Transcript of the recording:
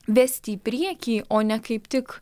vesti į priekį o ne kaip tik